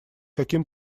каким